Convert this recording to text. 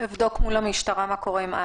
אנחנו ממשיכים מהמקום שבו